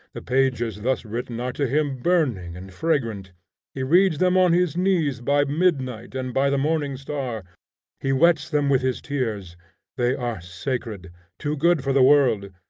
the pages thus written are to him burning and fragrant he reads them on his knees by midnight and by the morning star he wets them with his tears they are sacred too good for the world,